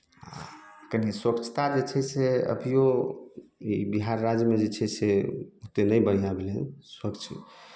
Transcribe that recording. आ कनी स्वच्छता जे छै से अभियो ई बिहार राज्यमे जे छै से ओते नहि बढ़िऑं भेलै हन स्वच्छ